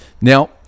Now